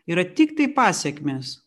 yra tiktai pasekmės